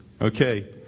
Okay